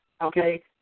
okay